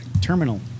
terminal